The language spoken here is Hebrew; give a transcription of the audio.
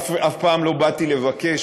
אף פעם לא באתי לבקש,